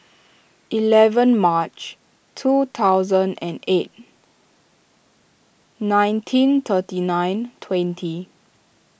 eleven March two thousand and eight nineteen thirty nine twenty